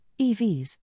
EVs